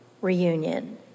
reunion